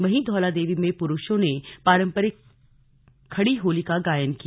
वहीं धौलादेवी में पुरुषों ने पारम्परिक खड़ी होली का गायन किया